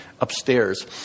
upstairs